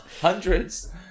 Hundreds